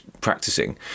practicing